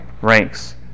ranks